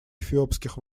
эфиопских